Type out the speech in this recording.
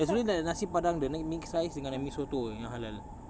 there's only that nasi padang the mi~ mixed rice dengan mi soto jer yang halal